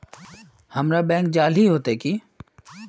हमरा बैंक जाल ही पड़ते की?